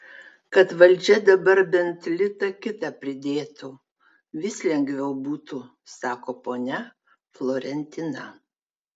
kad valdžia dabar bent litą kitą pridėtų vis lengviau būtų sako ponia florentina